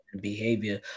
behavior